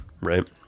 right